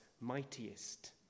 mightiest